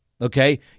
okay